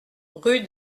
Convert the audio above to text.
rue